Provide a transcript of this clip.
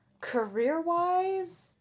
career-wise